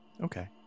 Okay